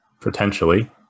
potentially